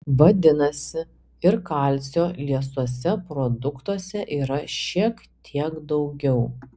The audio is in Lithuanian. vadinasi ir kalcio liesuose produktuose yra šiek tiek daugiau